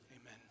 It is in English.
Amen